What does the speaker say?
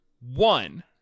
One